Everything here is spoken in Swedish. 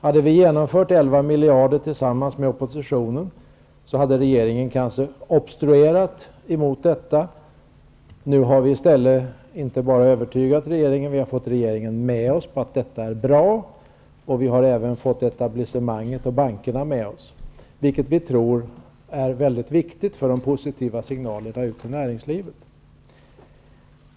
Hade vi fattat ett beslut om 11 miljarder tillsammans med oppositionen, hade regeringen kanske obstruerat mot detta. Nu har vi i stället inte bara övertygat regeringen, vi har fått regeringen med oss på att detta är bra. Vi har även fått etablissemanget och bankerna med oss, vilket vi tror är väldigt viktigt för de positiva signalerna ut till näringslivet.